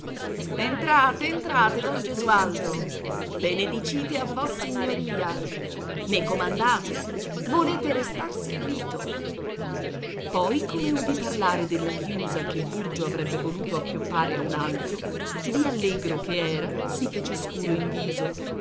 entrate entrate don gesualdo benedicite a vossignoria ne comandate volete restar servito poi come udì parlare della chiusa che burgio avrebbe voluto appioppare a un altro di allegro che era si fece scuro in viso